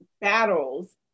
battles